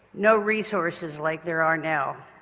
no resources like there are now.